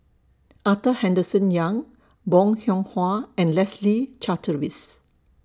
Arthur Henderson Young Bong Hiong Hwa and Leslie Charteris